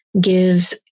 gives